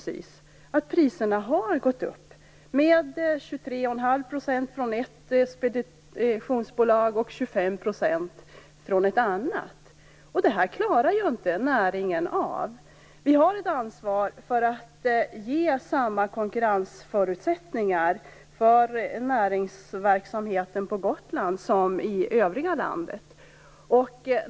Hos ett speditionsbolag har de gått upp med ca 231⁄2 % och hos ett annat med 25 %. Detta klarar inte näringen av.